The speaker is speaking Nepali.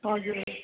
हजुर